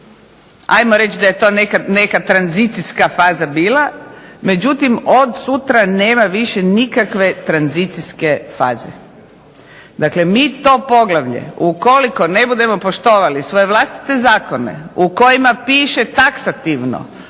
Ajmo reći da je to neka tranzicijska faza bila, međutim od sutra nema više nikakve tranzicijske faze. Dakle, mi to poglavlje ukoliko ne budemo poštovali svoje vlastite zakone u kojima piše taksativno